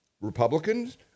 Republicans